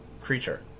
creature